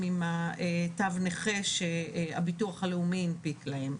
עם תו נכה שהביטוח הלאומי הנפיק להם.